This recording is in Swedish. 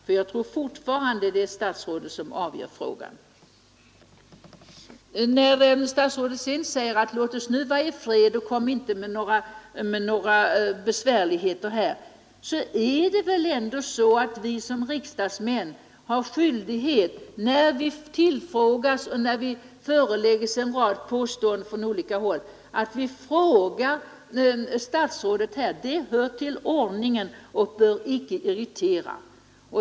Jag anser nämligen fortfarande att det är statsrådet som avgör frågan. Sedan sade kommunikationsministern: Låt oss nu vara i fred och kom inte med några ytterligare besvärligheter! Men när vi som riksdagsledamöter får frågor och förslag från olika håll är det ju vår skyldighet att vi i vår tur frågar statsrådet. Det hör till ordningen och bör därför inte irritera.